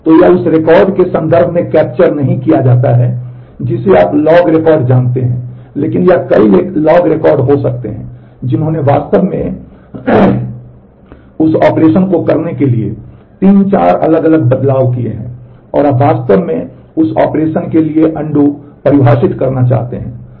तो यह उस एक रिकॉर्ड के संदर्भ में कैप्चर नहीं किया जाता है जिसे आप लॉग रिकॉर्ड जानते हैं लेकिन यह कई लॉग रिकॉर्ड हो सकते हैं जिन्होंने वास्तव में उस ऑपरेशन को करने के लिए तीन चार अलग अलग बदलाव किए हैं और आप वास्तव में उस ऑपरेशन के लिए अनडू परिभाषित करना चाहते हैं